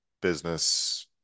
business